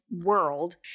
world